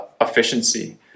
efficiency